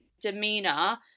demeanor